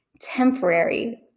temporary